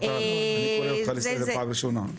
ברטל, אני קורא אותך לסדר פעם ראשונה.